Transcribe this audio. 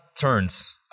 turns